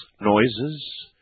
noises